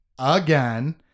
again